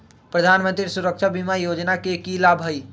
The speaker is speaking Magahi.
प्रधानमंत्री सुरक्षा बीमा योजना के की लाभ हई?